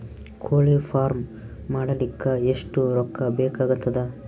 ಕೋಳಿ ಫಾರ್ಮ್ ಮಾಡಲಿಕ್ಕ ಎಷ್ಟು ರೊಕ್ಕಾ ಬೇಕಾಗತದ?